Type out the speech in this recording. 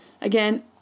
again